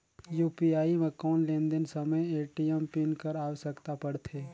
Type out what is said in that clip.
UPI म कौन लेन देन समय ए.टी.एम पिन कर आवश्यकता पड़थे?